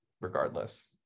regardless